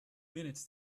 minutes